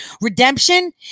Redemption